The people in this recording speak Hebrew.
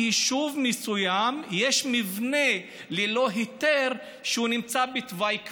ביישוב מסוים יש מבנה ללא היתר שנמצא בתוואי כביש,